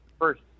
first